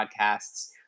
Podcasts